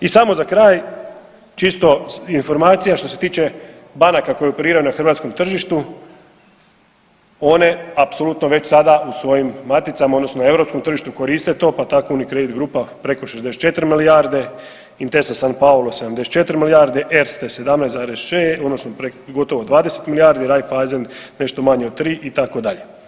I samo za kraj, čisto informacija što se tiče banaka koje operiraju na hrvatskom tržištu, one apsolutno već sada u svojim maticama, odnosno europskom tržištu koriste, pa tako UniCredit grupa preko 64 milijarde, Intesa Sanpaolo 74 milijarde, Erste 17,6 odnosno gotovo 20 milijardi, Raiffeisen nešto manje od 3, itd.